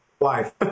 Life